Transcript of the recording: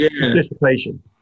participation